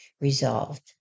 resolved